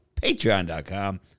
patreon.com